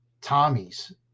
Tommy's